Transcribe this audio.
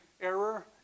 error